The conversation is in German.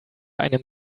einem